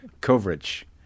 coverage